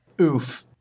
Oof